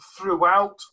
throughout